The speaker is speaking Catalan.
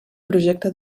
projecte